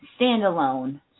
standalone